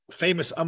famous